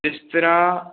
ਇਸ ਤਰ੍ਹਾਂ